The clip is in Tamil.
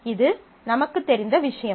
இது நமக்குத் தெரிந்த விஷயம்